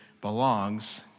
belongs